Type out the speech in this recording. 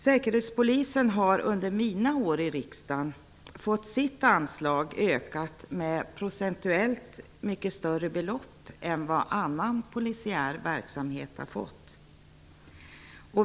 Säkerhetspolisen har under mina år i riksdagen fått sitt anslag ökat med procentuellt mycket större belopp än annan polisiär verksamhet.